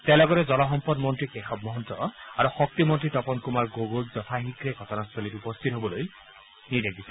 তেওঁ লগতে জলসম্পদ মন্ত্ৰী কেশৱ মহন্ত আৰু শক্তিমন্ত্ৰী তপন কুমাৰ গগৈক যথাশীঘ্ৰে ঘটনাস্থলীত উপস্থিত হ'বলৈ নিৰ্দেশ দিছে